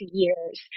years